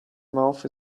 mouth